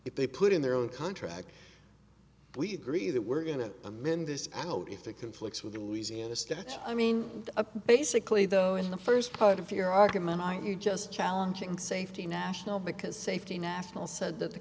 if they put in their own contract we agree that we're going to amend this out if it conflicts with the louisiana state i mean basically though in the first part of your argument you just challenging safety national because safety national said that the